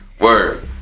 Word